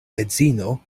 edzino